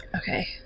okay